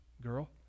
girl